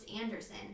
Anderson